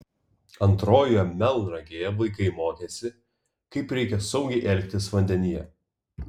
antrojoje melnragėje vaikai mokėsi kaip reikia saugiai elgtis vandenyje